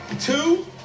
two